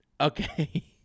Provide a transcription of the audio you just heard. Okay